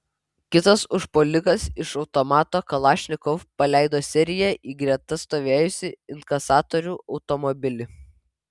kitas užpuolikas iš automato kalašnikov paleido seriją į greta stovėjusį inkasatorių automobilį